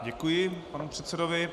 Děkuji panu předsedovi.